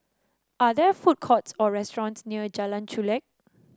are there food courts or restaurants near Jalan Chulek